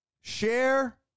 Share